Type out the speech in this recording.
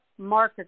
marketer